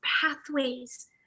pathways